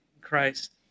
Christ